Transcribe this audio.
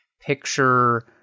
picture